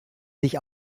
sich